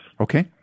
Okay